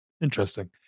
Interesting